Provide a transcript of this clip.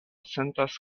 sentas